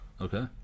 Okay